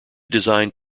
designed